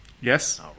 Yes